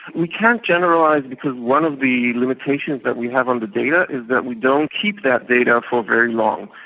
we can't generalise because one of the limitations that we have on the data is that we don't keep that data for very long.